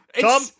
Tom